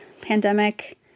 pandemic